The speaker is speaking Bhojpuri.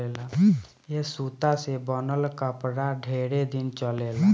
ए सूता से बनल कपड़ा ढेरे दिन चलेला